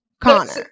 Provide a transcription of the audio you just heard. Connor